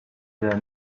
their